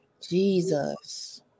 Jesus